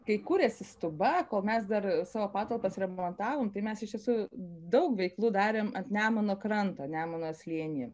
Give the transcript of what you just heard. kai kūrėsi stuba kol mes dar savo patalpas remontavom tai mes iš tiesų daug veiklų darėm ant nemuno kranto nemuno slėnyje